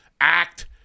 act